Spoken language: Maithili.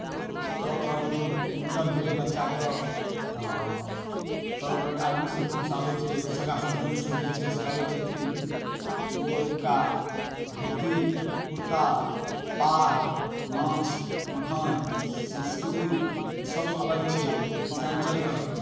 तरह तरहके लोक मुण्डन भेलै बच्चाके तऽ तरह तरहके आदमीसभ गाँवसँ आबै छै सगा सम्बन्धीसभ जे छै से आबै छथिन ओ एतुक्का धोती कुर्ता पाग माछ मखान संस्कृति ई सभसँ अलग छै मिथिलाञ्चलके